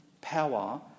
power